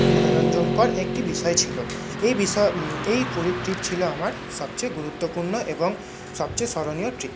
মনোরঞ্জনকর একটি বিষয় ছিল এই বিষয় এই পুরীর ট্রিপ ছিল আমার সবচেয়ে গুরুত্বপূর্ণ এবং সবচেয়ে স্মরণীয় ট্রিপ